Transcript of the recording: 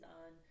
on